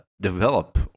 develop